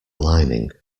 lining